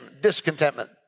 discontentment